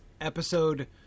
Episode